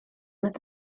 nad